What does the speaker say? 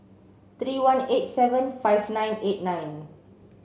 three one eight seven five nine eight nine